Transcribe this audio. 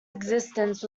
existence